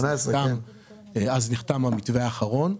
אז נחתם המתווה האחרון.